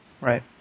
Right